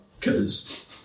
cause